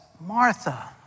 Martha